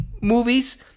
movies